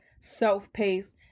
self-paced